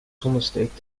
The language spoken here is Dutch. zonnesteek